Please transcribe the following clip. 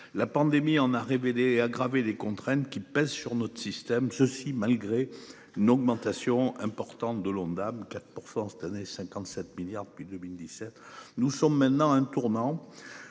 la pandémie en a révélé et aggravé les contraintes qui pèsent sur notre système ceci malgré n'augmentation importante de l'Ondam 4% cette année, 57 milliards depuis 2017. Nous sommes maintenant un tourment.